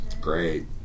great